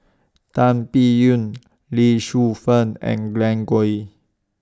Tan Biyun Lee Shu Fen and Glen Goei